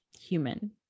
human